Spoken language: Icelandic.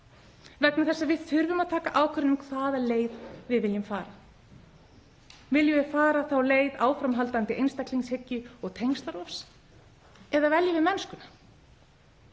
vegna þess að við þurfum að taka ákvörðun um hvaða leið við viljum fara. Viljum við fara leið áframhaldandi einstaklingshyggju og tengslarofs eða veljum við mennskuna?